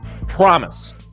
Promise